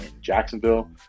Jacksonville